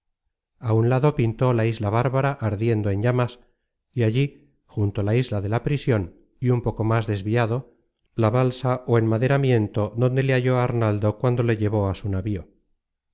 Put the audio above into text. á un lado pintó la isla bárbara ardiendo en llamas y allí junto la isla de la prision y un poco más desviado la balsa ó enmaderamiento donde le halló arnaldo cuando le llevó a su navío